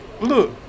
Look